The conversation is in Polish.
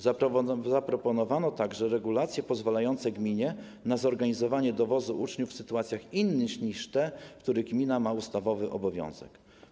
Zaproponowano także regulacje pozwalające gminie na zorganizowanie dowozu uczniów w sytuacjach innych niż te, w których gmina ma ustawowy obowiązek.